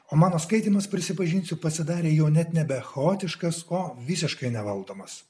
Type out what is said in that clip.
o mano skaitymas prisipažinsiu pasidarė jau net nebe chaotiškas o visiškai nevaldomas